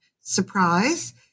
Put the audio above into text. surprise